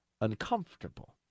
uncomfortable